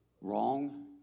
wrong